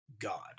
God